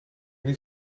niet